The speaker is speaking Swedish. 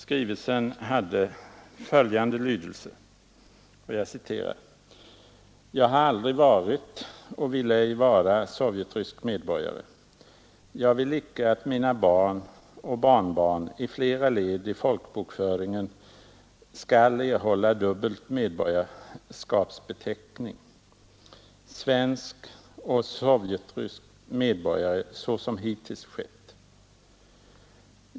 Skrivelsen hade följande lydelse: ”Jag har aldrig varit och vill ej vara sovjetrysk medborgare. Jag vill icke att mina barn och barnbarn i flera led i folkbokföringen skall erhålla dubbel medborgarskapsbeteckning — svensk och sovjetrysk medborgare 125 såsom hittills skett.